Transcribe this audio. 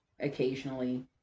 occasionally